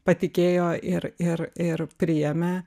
patikėjo ir ir ir priėmė